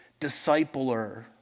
discipler